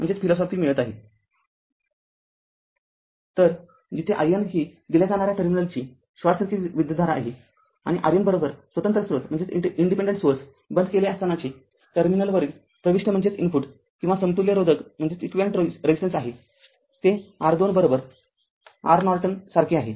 तरजिथे i N ही दिल्या जाणाऱ्या टर्मिनलची शॉर्ट सर्किट विद्युतधारा आहे आणि R n स्वतंत्र स्रोत बंद केले असतानाचे टर्मिनवरील प्रविष्ट Input किंवा समतुल्य रोधक आहे ते r R २ R नॉर्टन सारखे आहे